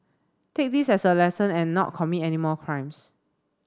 take this as a lesson and not commit any more crimes